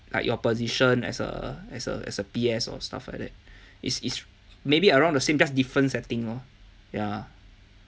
like your position as a as a as a P_S or stuff like that is is maybe around the same just different setting lor ya